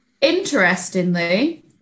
Interestingly